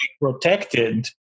protected